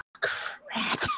crap